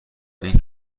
این